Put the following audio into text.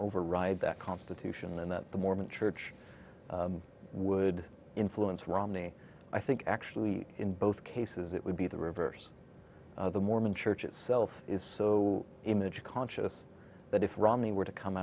override that constitution and that the mormon church would influence romney i think actually in both cases it would be the reverse of the mormon church itself is so image conscious that if romney were to come